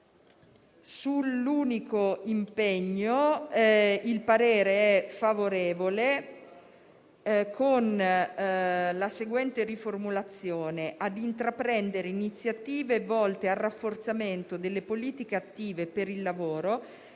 Sull'unico impegno il parere è favorevole con la seguente riformulazione: «ad intraprendere iniziative volte al rafforzamento delle politiche attive per il lavoro